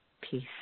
peace